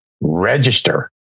register